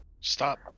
Stop